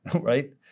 right